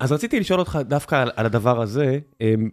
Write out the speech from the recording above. אז רציתי לשאול אותך דווקא על הדבר הזה.